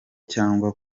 cyangwa